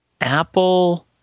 Apple